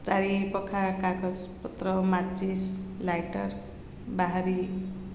ଚାରିପାଖେ କାଗଜପତ୍ର ମାଚିସ୍ ଲାଇଟର୍ ବାହାରେ